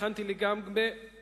הכנתי לי גם מאירופה,